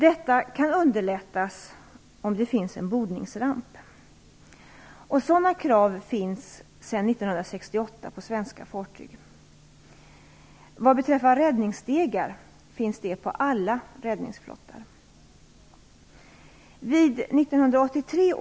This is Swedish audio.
Detta kan underlättas om det finns en bordningsramp. Sådana krav finns sedan 1968 för svenska fartyg. Vad beträffar räddningsstegar finns det på alla räddningsflottar.